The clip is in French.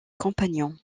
compagnon